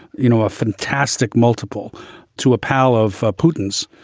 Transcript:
you know, a fantastic multiple to a pal of ah putin's.